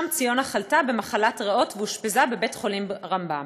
שם ציונה חלתה במחלת ריאות ואושפזה בבית-חולים רמב"ם.